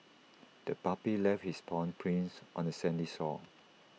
the puppy left its paw prints on the sandy shore